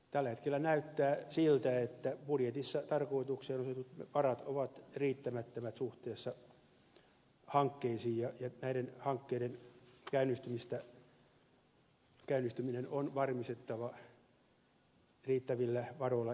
tällä hetkellä näyttää siltä että budjetissa tarkoitukseen osoitetut varat ovat riittämättömät suhteessa hankkeisiin ja näiden hankkeiden käynnistyminen on varmistettava riittävillä varoilla investointiavustuksiin